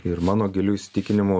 ir mano giliu įsitikinimu